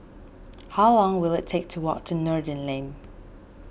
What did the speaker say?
how long will it take to walk to Noordin Lane